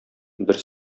бер